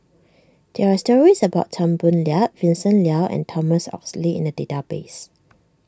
there are stories about Tan Boo Liat Vincent Leow and Thomas Oxley in the database